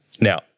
Now